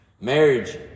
Marriage